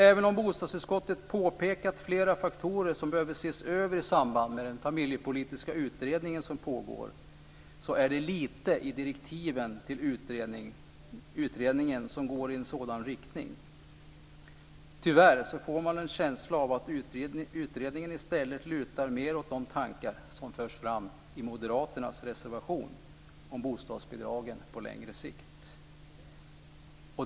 Även om bostadsutskottet påpekat flera faktorer som behöver ses över i samband med den familjepolitiska utredning som pågår så är det lite i direktiven till utredningen som går i en sådan riktning. Tyvärr får man en känsla av att utredningen i stället lutar mer åt de tankar som förs fram i Moderaternas reservation om bostadsbidragen på längre sikt.